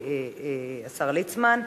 השר ליצמן.